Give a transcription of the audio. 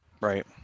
Right